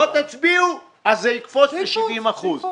לא תצביעו זה יקפוץ ל-70 אחוזים.